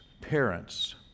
parents